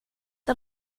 the